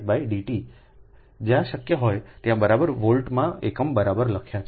જ્યાં શક્ય હોય ત્યાં વોલ્ટ મેં એકમ લખ્યા છે